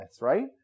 right